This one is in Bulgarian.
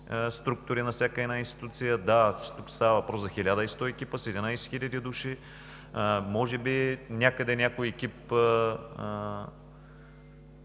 структури на всяка една институция. Да, тук става въпрос за 1100 екипа с 11 000 души – може би някъде някой екип